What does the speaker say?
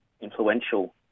influential